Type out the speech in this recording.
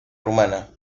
rumana